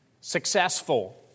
successful